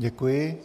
Děkuji.